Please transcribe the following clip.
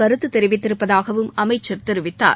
கருத்து தெரிவித்திருப்பதாகவும் அமைச்சர் தெரிவித்தார்